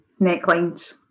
necklines